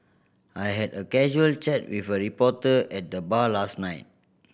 I had a casual chat with a reporter at the bar last night